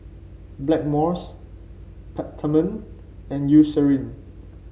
Blackmores Peptamen and Eucerin